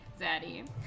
Zaddy